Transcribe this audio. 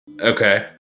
Okay